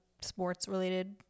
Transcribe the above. sports-related